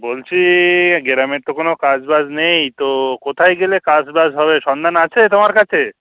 বলছি গ্রামের তো কোনও কাজ বাজ নেই তো কোথায় গেলে কাজ বাজ হবে সন্ধান আছে তোমার কাছে